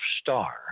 star